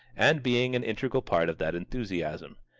and being an integral part of that enthusiasm.